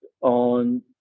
on